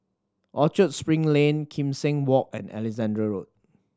Orchard Spring Lane Kim Seng Walk and Alexandra Road